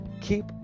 keep